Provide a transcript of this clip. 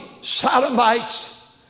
sodomites